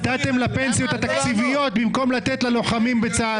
היה --- נתתם לפנסיות התקציביות במקום לתת ללוחמים בצה"ל.